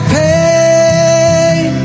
pain